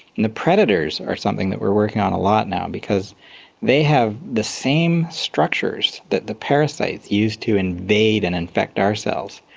and the predators are something that we are working on a lot now because they have the same structures that the parasites used to invade and infect our cells,